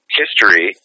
history